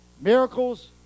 miracles